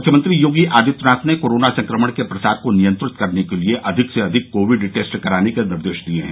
मुख्यमंत्री योगी आदित्यनाथ ने कोरोना संक्रमण के प्रसार को नियंत्रित करने के लिये अधिक से अधिक कोविड टेस्ट कराने के निर्देश दिये हैं